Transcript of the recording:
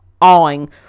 awing